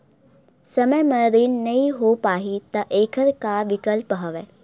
समय म ऋण नइ हो पाहि त एखर का विकल्प हवय?